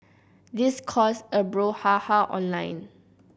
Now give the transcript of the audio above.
this caused a brouhaha online